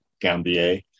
Gambier